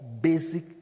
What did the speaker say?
basic